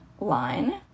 Line